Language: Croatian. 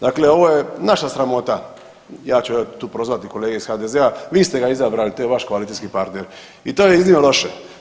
Dakle, ovo je naša sramota ja ću tu prozvati kolege iz HDZ-a, vi ste ga izabrali to je vaš koalicijski partner i to je iznimno loše.